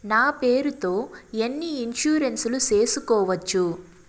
నా పేరుతో ఎన్ని ఇన్సూరెన్సులు సేసుకోవచ్చు?